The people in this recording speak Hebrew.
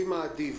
אדיב,